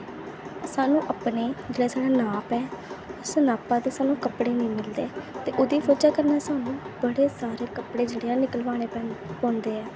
सानूं अपने जेह्ड़ा साढ़ा नाप ऐ उस नापे दे सानूं कपड़े नेईं मिलदे ते ओह्दी बजह कन्नै सानूं बड़े सारे कपड़े जेह्ड़े निकलवाने पोंदे